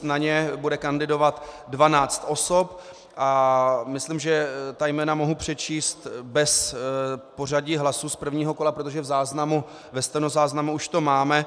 Na ně bude kandidovat 12 osob a myslím, že ta jména mohu přečíst bez pořadí hlasů z prvního kola, protože ve stenozáznamu už to máme.